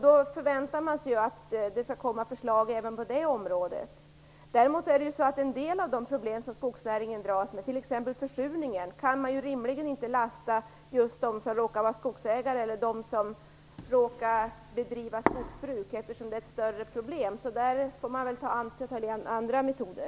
Då förväntar man sig att det skall komma förslag även på det området. Däremot är en del av de problem som skogsnäringen dras med, t.ex. försurningen, något som man rimligen inte kan lasta just de som råkar vara skogsägare eller bedriva skogsbruk för, eftersom det är ett större problem. Där får man ta till andra metoder.